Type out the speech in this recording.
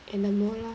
and then more lah